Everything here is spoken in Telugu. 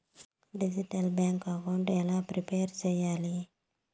డిజిటల్ బ్యాంకు అకౌంట్ ఎలా ప్రిపేర్ సెయ్యాలి?